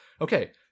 okay